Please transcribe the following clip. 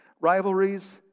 Rivalries